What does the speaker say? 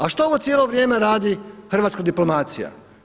A što ovo cijelo vrijeme radi hrvatska diplomacija?